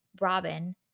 Robin